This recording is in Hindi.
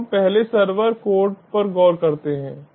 तो हम पहले सर्वर कोड पर गौर करते हैं